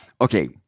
Okay